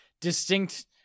distinct